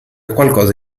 qualcosa